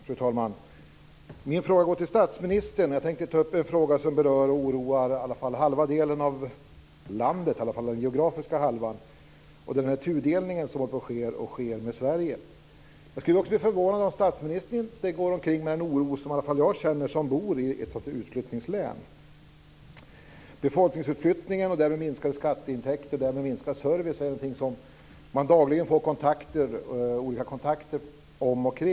Fru talman! Min fråga går till statsministern. Det gäller en sak som berör och oroar halva delen av landet, i alla fall geografiskt, nämligen den tudelning av Sverige som sker. Jag skulle bli förvånad om inte statsministern också går omkring och känner samma oro som jag, som bor i ett utflyttningslän. Befolkningsutflyttning och därmed minskade skatteintäkter och därmed minskad service är sådant som man dagligen får olika kontakter om.